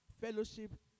fellowship